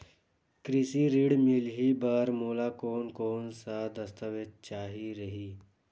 कृषि ऋण मिलही बर मोला कोन कोन स दस्तावेज चाही रही?